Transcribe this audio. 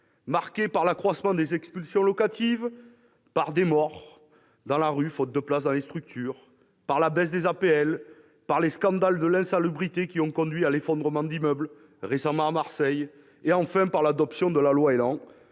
marquée par l'accroissement des expulsions locatives, par des morts dans la rue faute de place dans les structures, par la baisse des APL, par les scandales de l'insalubrité, qui ont conduit à l'effondrement d'immeubles, comme récemment à Marseille, et, enfin, par l'adoption de la loi ÉLAN,